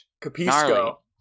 Capisco